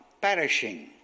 perishing